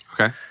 Okay